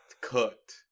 cooked